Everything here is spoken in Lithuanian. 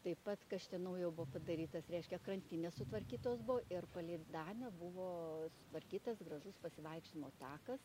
taip pat kas čia naujo buvo padarytas reiškia krantinės sutvarkytos buvo ir palei danę buvo sutvarkytas gražus pasivaikščiojimo takas